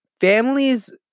families